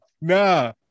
Nah